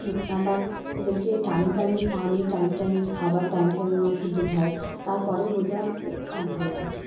আবার ওদেরকে টাইম টাইমে পানি টাইম টাইমে খাবার টাইম টাইমে ওষুধ দিতে হয় তারপরে বোঝা হবে যে ভালো আছে